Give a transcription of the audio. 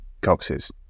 coxes